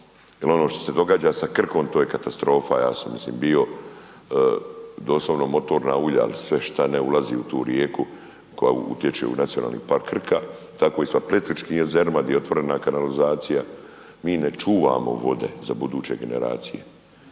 jer ono što se događa sa Krkom to je katastrofa, ja sam mislim bio doslovno motorna ulja ili sve šta ne ulazi u tu rijeku koja utječe u Nacionalni park krka, tako i sa Plitvičkim jezerima gdje je otvorena kanalizacija, mi ne čuvamo vode za buduće generacije.